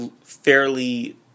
fairly